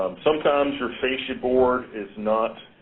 um sometimes your fascia board is not